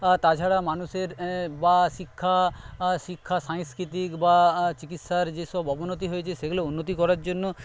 তাছাড়া মানুষের বা শিক্ষা শিক্ষা সাংস্কৃতিক বা চিকিৎসার যেসব অবনতি হয়েছে সেগুলো উন্নতি করার জন্য